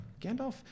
Gandalf